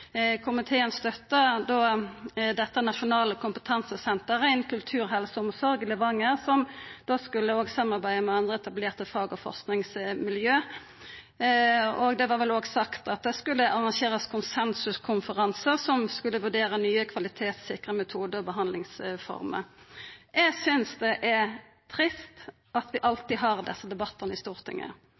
i Levanger, som skulle samarbeida med andre etablerte fag- og forskingsmiljø, og det var vel òg sagt at det skulle arrangerast konsensuskonferansar som skulle vurdera nye kvalitetssikra metodar og behandlingsformer. Eg synest det er trist at vi alltid har desse debattane i Stortinget.